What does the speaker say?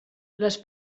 les